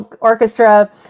orchestra